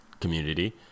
community